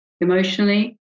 emotionally